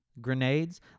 Grenades